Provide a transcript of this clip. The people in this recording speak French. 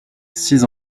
six